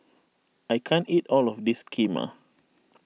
I can't eat all of this Kheema